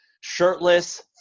shirtless